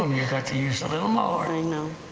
got to use a little more! you know